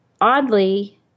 Oddly